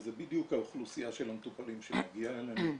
שזה בדיוק האוכלוסייה של המטופלים שמגיעה אלינו.